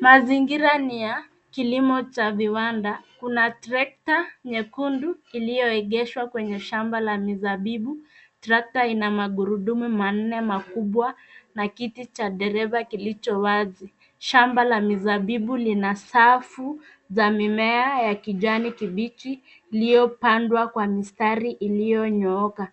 Mazingira ni ya kilimo cha viwanda. Kuna trekta nyekundu iliyoegeshwa kwenye shamba la mizabibu. Trekta ina magurudumu manne makubwa na kiti cha dereva kilicho wazi. Shamba la mizabibu lina safu za mimea ya kijani kibichi iliyopandwa kwa mistari iliyonyooka.